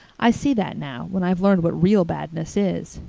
i see that now, when i've learned what real badness is.